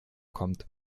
kommt